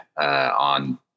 on